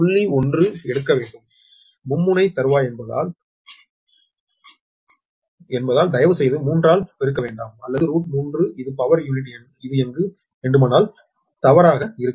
10 எடுக்க வேண்டும் மும்முனை தறுவாய் என்பதால் தயவுசெய்து 3 ஆல் பெருக்க வேண்டாம் அல்லது √𝟑 இது பவர் யூனிட் இது எங்கு வேண்டுமானாலும் தவறாக இருக்கும்